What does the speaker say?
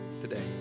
today